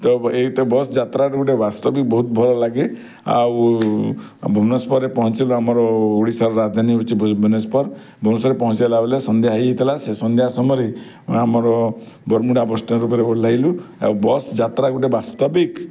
ତ ଏହି ତ ବସ୍ ଯାତ୍ରାରୁ ଗୋଟେ ବାସ୍ତବିକ୍ ବହୁତ ଭଲ ଲାଗେ ଆଉ ଭୁବନେଶ୍ୱରରେ ପହଞ୍ଚିଲୁ ଆମର ଓଡ଼ିଶାର ରାଜଧାନୀ ହେଉଛି ଭୁବନେଶ୍ୱର ଭୁବନେଶ୍ୱରରେ ପହଞ୍ଚିସାଇଲାବେଲେ ସନ୍ଧ୍ୟା ହେଇଯାଇଥିଲା ସେ ସନ୍ଧ୍ୟା ସମୟରେ ଆମର ବରମୁଣ୍ଡା ବସ୍ ଷ୍ଟାଣ୍ଡ୍ ଉପରେ ଓହ୍ଳାଇଲୁ ଆଉ ବସ୍ ଯାତ୍ରା ଗୋଟେ ବାସ୍ତବିକ୍